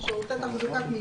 ושירותי כשרות.